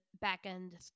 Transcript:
back-end